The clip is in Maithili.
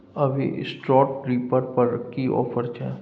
अभी स्ट्रॉ रीपर पर की ऑफर छै?